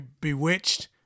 bewitched